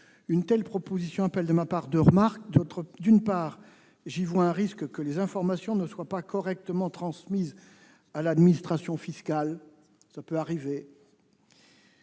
Une telle proposition appelle deux remarques de ma part : d'une part, j'y vois un risque que les informations ne soient pas correctement transmises à l'administration fiscale ; d'autre